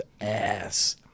ass